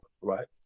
right